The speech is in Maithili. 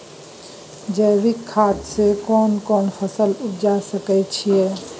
जैविक खाद से केना कोन फसल उपजा सकै छि?